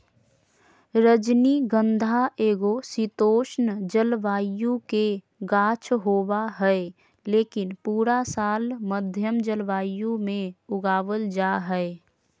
रजनीगंधा एगो शीतोष्ण जलवायु के गाछ होबा हय, लेकिन पूरा साल मध्यम जलवायु मे उगावल जा हय